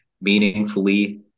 meaningfully